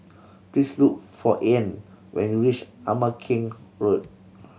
please look for Arne when you reach Ama Keng Road